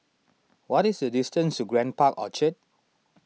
what is the distance to Grand Park Orchard